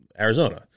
Arizona